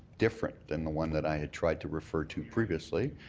different than the one that i had tried to refer to previously,